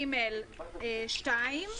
6(ג)(2).